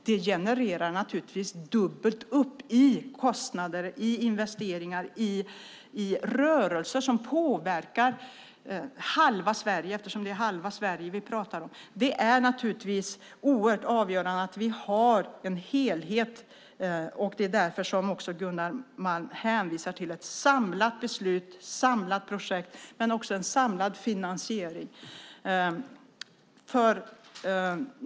Det genererar naturligtvis dubbelt upp i fråga om kostnader, investeringar och rörelser som påverkar halva Sverige eftersom det är halva Sverige vi talar om. Det är avgörande att vi har en helhet. Det är också därför som Gunnar Malm hänvisar till ett samlat beslut, ett samlat projekt och en samlad finansiering.